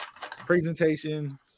presentation